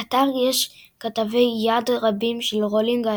באתר יש כתבי יד רבים של רולינג,